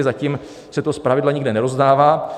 Zatím se to zpravidla nikde nerozdává.